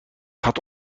gaat